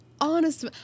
honest